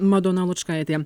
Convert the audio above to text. madona lučkaitė